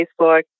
Facebook